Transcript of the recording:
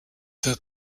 that